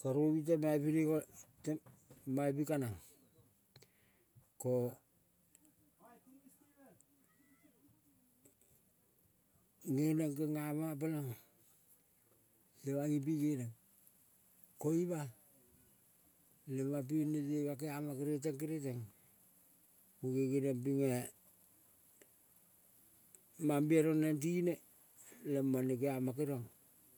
karou tema ipine ko, tema ipine kanang ko nge neng. Kengama pelenga temang ipi nge neng, ko ima lemaping nete ka keama kereteng. Kereteng muge geniong pinge mambia neng tinie lemang ne keama keriong.